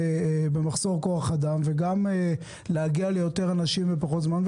במחסור כוח אדם וגם כדי להגיע ליותר אנשים בפחות זמן,